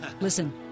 Listen